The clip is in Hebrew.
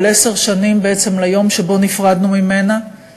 אבל עשר שנים בעצם ליום שבו נפרדנו ממנו,